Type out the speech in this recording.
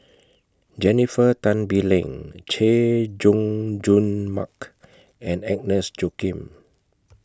Jennifer Tan Bee Leng Chay Jung Jun Mark and Agnes Joaquim